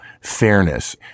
fairness